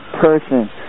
person